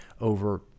over